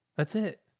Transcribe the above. that's it.